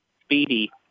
speedy